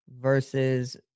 versus